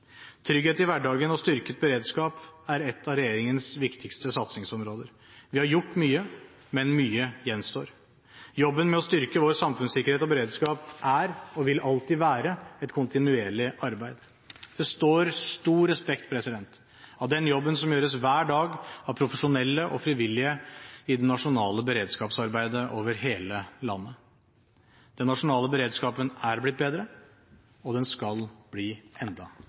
Trygghet i hverdagen og styrket beredskap er et av regjeringens viktigste satsingsområder. Vi har gjort mye, men mye gjenstår. Jobben med å styrke vår samfunnssikkerhet og beredskap er, og vil alltid være, et kontinuerlig arbeid. Det står stor respekt av den jobben som gjøres hver dag, av profesjonelle og frivillige, i det nasjonale beredskapsarbeidet over hele landet. Den nasjonale beredskapen er blitt bedre, og den skal bli enda